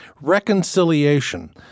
reconciliation